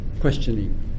questioning